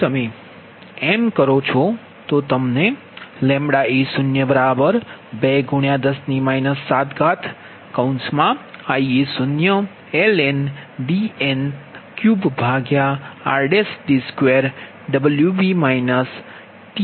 જો તમે એમ કરો છો તો તમને a02×10 7Ia0ln Dn3rD2 Wb Tm મળે છે